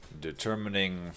determining